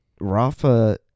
Rafa